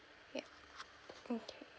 yup okay